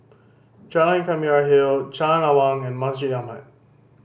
Jalan Ikan Merah Hill Jalan Awang and Masjid Ahmad